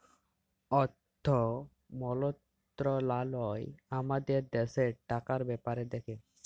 অথ্থ মলত্রলালয় আমাদের দ্যাশের টাকার ব্যাপার দ্যাখে